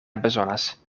bezonas